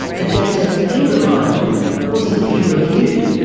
the data he relied on wasn't peer reviewed,